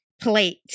plate